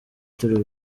turi